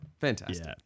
Fantastic